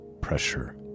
pressure